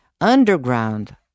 underground